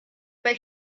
but